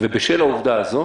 ובשל העובדה הזו